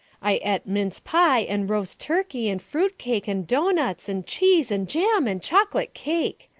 i et mince pie and rost turkey and frut cake and donuts and cheese and jam and choklut cake.